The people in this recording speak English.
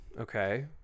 Okay